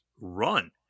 run